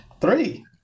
Three